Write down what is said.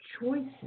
choices